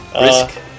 Risk